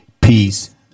peace